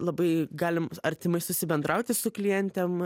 labai galim artimai susibendrauti su klientėm